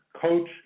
coach